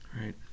Right